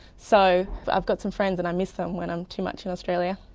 so i've got some friends and i miss them when i'm too much in australia.